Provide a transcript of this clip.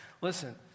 Listen